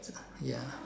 ya